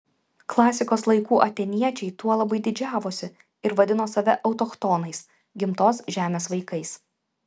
klasikos laikų atėniečiai tuo labai didžiavosi ir vadino save autochtonais gimtos žemės vaikais